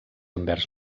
envers